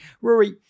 Rory